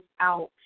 out